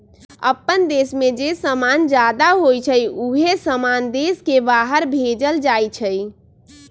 अप्पन देश में जे समान जादा होई छई उहे समान देश के बाहर भेजल जाई छई